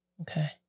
Okay